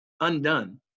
undone